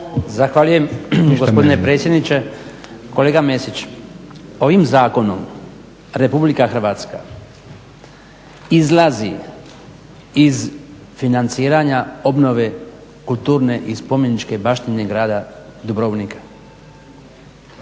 Zahvaljujem gospodine predsjedniče. Kolega Mesić, ovim zakonom Republika Hrvatska izlazi iz financiranja obnove kulturne i spomeničke baštine grada Dubrovnika.